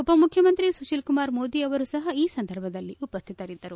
ಉಪಮುಖ್ಯಮಂತ್ರಿ ಸುಶೀಲ್ಕುಮಾರ್ ಮೋದಿ ಅವರೂ ಸಹ ಈ ಸಂದರ್ಭದಲ್ಲಿ ಉಪಸ್ಥಿತರಿದ್ದರು